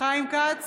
חיים כץ,